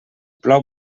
plou